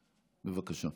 בבקשה.